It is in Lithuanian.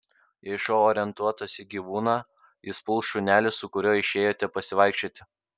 jei šuo orientuotas į gyvūną jis puls šunelį su kuriuo išėjote pasivaikščioti